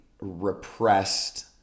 repressed